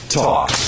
talk